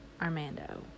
Armando